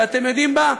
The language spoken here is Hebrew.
ואתם יודעים מה,